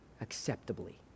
acceptably